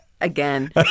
again